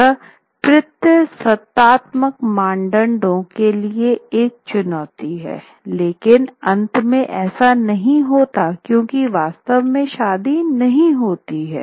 यह पितृसत्तात्मक मानदंडों के लिए एक चुनौती है लेकिन अंत में ऐसा नहीं होता क्यूंकि वास्तव में शादी नहीं होती है